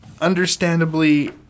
understandably